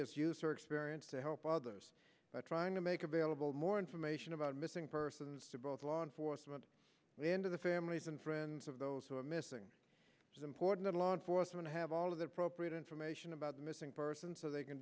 has user experience to help others by trying to make available more information about missing persons to both law enforcement and of the families and friends of those who are missing important law enforcement to have all of the procrit information about the missing person so they can